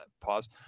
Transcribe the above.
pause